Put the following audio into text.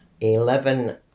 Eleven